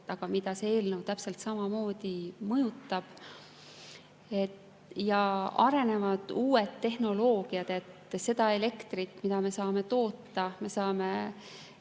aga mida see eelnõu täpselt samamoodi mõjutab. Ja arenenud on uus tehnoloogia. Seda elektrit, mida me saame toota, me saame